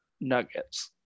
Nuggets